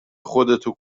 خودتو